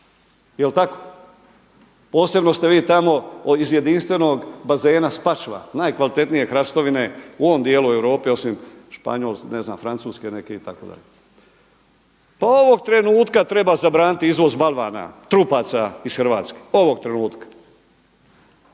jel tako. Posebno ste vi tamo iz jedinstvenog bazena Spačva, najkvalitetnije hrastovine u ovom dijelu Europe osim Španjolske, ne znam Francuske itd. Pa ovog trenutka treba zabraniti izvoz balvana, trupaca iz Hrvatske, ovog trenutka.